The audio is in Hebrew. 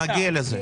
נגיע לזה.